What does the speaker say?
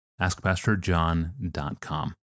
AskPastorJohn.com